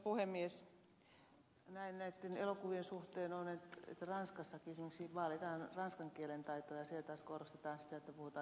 näin näitten elokuvien suhteen on että ranskassakin esimerkiksi vaalitaan ranskan kielen taitoa ja siellä taas korostetaan sitä että puhutaan juuri ranskaa